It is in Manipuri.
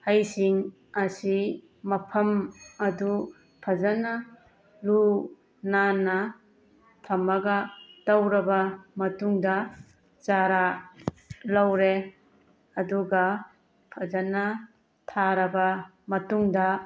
ꯍꯩꯁꯤꯡ ꯑꯁꯤ ꯃꯐꯝ ꯑꯗꯨ ꯐꯖꯅ ꯂꯨ ꯅꯥꯟꯅ ꯊꯝꯃꯒ ꯇꯧꯔꯕ ꯃꯇꯨꯡꯗ ꯆꯥꯔꯥ ꯂꯧꯔꯦ ꯑꯗꯨꯒ ꯐꯖꯅ ꯊꯥꯔꯕ ꯃꯇꯨꯡꯗ